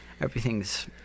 everything's